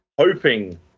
hoping